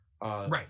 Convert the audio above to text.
right